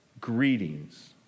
greetings